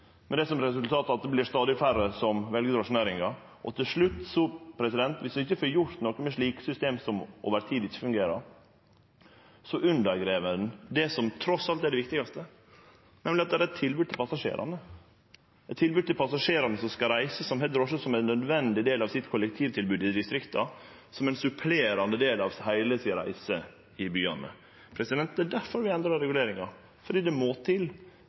med det som resultat at det vert stadig færre som vel drosjenæringa. Til slutt: Viss vi ikkje får gjort noko med slike system som over tid ikkje fungerer, undergrev ein det som trass alt er det viktigaste, nemleg at det er eit tilbod til passasjerane – eit tilbod til passasjerane som skal reise, som har drosje som ein nødvendig del av sitt kollektivtilbod i distrikta, som ein supplerande del av heile reisa si i byane. Det er difor vi endrar reguleringa – fordi det må til,